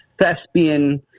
thespian